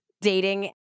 dating